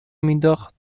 مینداخت